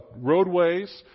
roadways